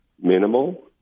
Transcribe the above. minimal